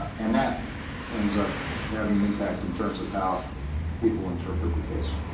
and that ends up having an impact in terms of how people interpret the case.